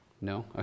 No